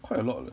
quite a lot leh